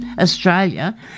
Australia